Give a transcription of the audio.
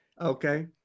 Okay